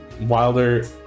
Wilder